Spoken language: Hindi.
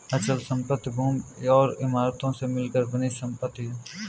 अचल संपत्ति भूमि और इमारतों से मिलकर बनी संपत्ति है